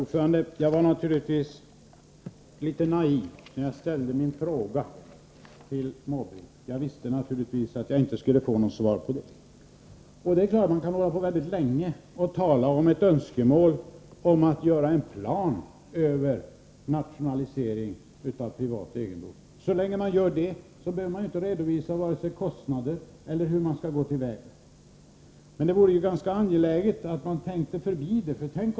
Herr talman! Jag var naturligtvis litet naiv när jag ställde min fråga till Måbrink. Jag visste naturligtvis att jag inte skulle få något svar på den. Man kan naturligtvis tala länge om ett önskemål om en plan för nationalisering av privat egendom. Så länge man gör det behöver man inte redovisa vare sig kostnader eller tillvägagångssätt. Men det vore ganska angeläget att man också tänkte litet längre.